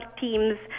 teams